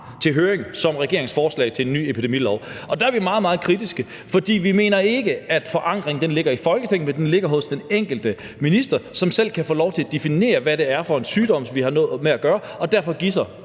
til høring som regeringens forslag til en ny epidemilov. Og der er vi meget, meget kritiske, for i det forslag mener vi ikke at forankringen ligger i Folketinget, men at den ligger hos den enkelte minister, som selv kan få lov til at definere, hvad det er for en sygdom, vi har med at gøre, og derfor give